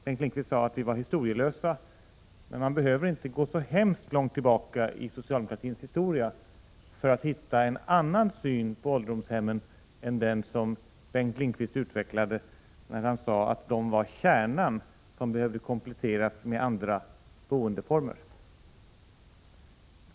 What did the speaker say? Bengt Lindqvist sade att vi är historielösa, men man behöver inte gå så värst långt tillbaka i socialdemokratins historia för att hitta en annan syn på ålderdomshemmen än den som Bengt Lindqvist utvecklade, när han sade att de var kärnan som behövde kompletteras med andra boendeformer.